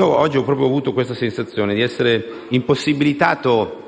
Oggi ho avuto proprio la sensazione di essere impossibilitato